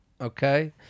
Okay